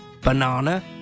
banana